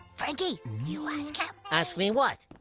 frankie, you ask him. ask me what?